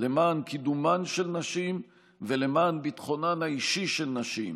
למען קידומן של נשים ולמען ביטחונן האישי של נשים,